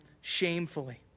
shamefully